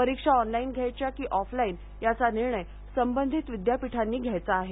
परीक्षा ऑनलाईन घ्यायच्या की ऑफलाईन याचा निर्णय संबधित विद्यापीठांनी घ्यायचा आहे